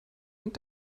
und